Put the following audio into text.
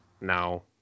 No